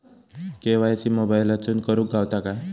KYC मोबाईलातसून करुक गावता काय?